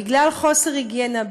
בגלל חוסר היגיינה,